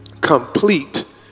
complete